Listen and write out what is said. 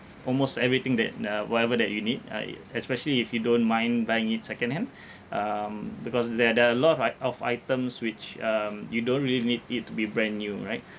almost everything that uh whatever that you need uh especially if you don't mind buying it second hand um because there there are a lot right of items which um you don't really need it to be brand new right